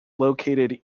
located